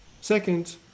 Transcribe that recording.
Second